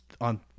on